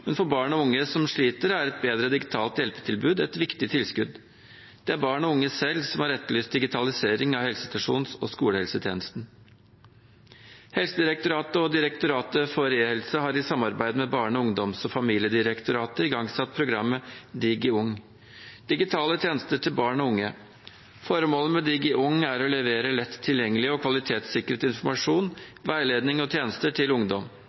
men for barn og unge som sliter, er et bedre digitalt hjelpetilbud et viktig tilskudd. Det er barn og unge selv som har etterlyst digitalisering av helsestasjons- og skolehelsetjenesten. Helsedirektoratet og Direktoratet for e-helse har i samarbeid med Barne-, ungdoms- og familiedirektoratet igangsatt programmet DIGI-UNG – digitale tjenester til barn og unge. Formålet med DIGI-UNG er å levere lett tilgjengelig og kvalitetssikret informasjon, veiledning og tjenester til ungdom